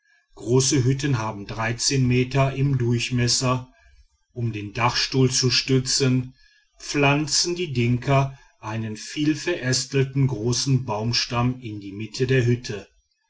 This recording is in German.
große hütten haben meter im durchmesser um den dachstuhl zu stützen pflanzen die dinka einen vielverästelten großen baumstamm in die mitte der hütte